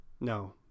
no